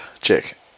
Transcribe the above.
Check